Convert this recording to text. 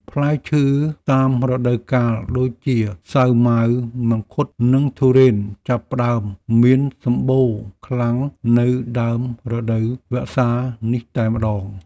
ផ្លែឈើតាមរដូវកាលដូចជាសាវម៉ាវមង្ឃុត និងធុរេនចាប់ផ្តើមមានសម្បូរខ្លាំងនៅដើមរដូវវស្សានេះតែម្ដង។